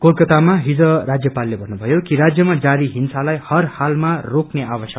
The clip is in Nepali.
कोलकाताम हिज राज्यपालले भन्नुमयो कि राज्यमा जारी हिंसालाइ हर हालमा रोक्ने आवश्यकता छ